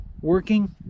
working